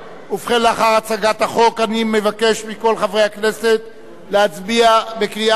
לאחר הצגת החוק אני מבקש מכל חברי הכנסת להצביע בקריאה שנייה.